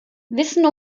wissen